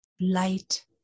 light